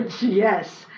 Yes